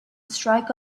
strike